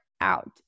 out